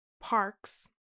parks